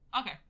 okay